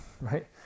right